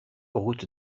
route